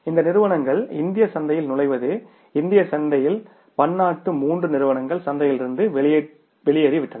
இந்த நிறுவனங்கள் இந்திய சந்தையில் நுழைவது இந்திய சந்தையில் பன்னாட்டு மூன்று நிறுவனங்கள் சந்தையிலிருந்து வெளியேறிவிட்டன